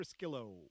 Friskillo